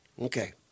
Okay